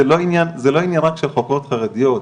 זה לא עניין רק של חוקרות חרדיות,